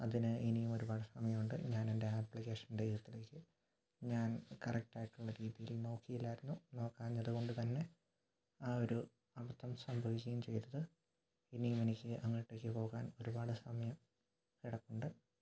അതിന് ഇനിയും ഒരുപാട് സമയമുണ്ട് ഞാൻ എൻ്റെ ആപ്ലിക്കേഷൻ ഞാൻ കറക്റ്റായിട്ടുള്ള ഡിറ്റെയ്ൽ നോക്കിയില്ലായിരുന്നു നോക്കാത്തതു കൊണ്ട് തന്നെ ആ ഒരു അബദ്ധം സംഭവിക്കുകയും ചെയ്തത് ഇനിയും എനിക്ക് അങ്ങോട്ടേക്ക് പോകാൻ ഒരുപാട് സമയം കിടപ്പുണ്ട്